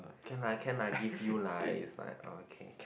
can lah can lah give you like it's like okay